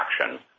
action